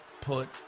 put